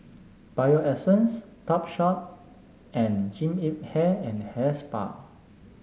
Bio Essence Topshop and Jean Yip Hair and Hair Spa